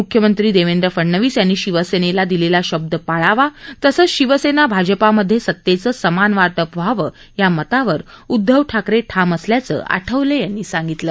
मुख्यमंत्री देवेंद्र फडणवीस यांनी शिवसेनेला दिलेला शब्द पाळावा तसंच शिवसेना भाजपमध्ये सतेचं समान वाटप व्हावं या मतावर उदधव ठाकरे ठाम असल्याचं आठवले यांनी सांगितलं